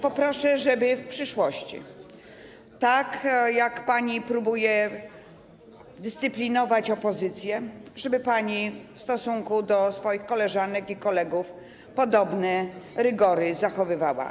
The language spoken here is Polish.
Ale poproszę, żeby pani w przyszłości, tak jak pani próbuje dyscyplinować opozycję, w stosunku do swoich koleżanek i kolegów podobne rygory zachowywała.